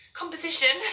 composition